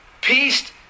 peace